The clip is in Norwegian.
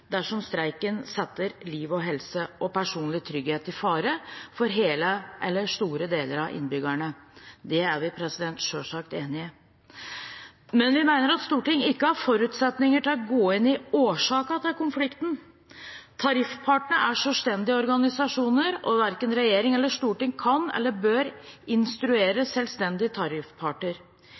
dersom streiken setter liv, helse eller personlig sikkerhet for hele eller store deler av befolkningen i fare. Det er vi selvsagt enig i, men vi mener at Stortinget ikke har forutsetninger for å gå inn i årsakene til konflikten. Tariffpartene er selvstendige organisasjoner, og verken regjering eller storting kan eller bør instruere selvstendige tariffparter.